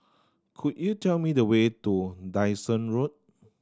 could you tell me the way to Dyson Road